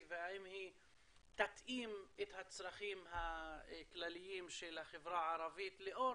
והאם היא תתאים לצרכים הכלליים של החברה הערבית לאור